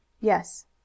Yes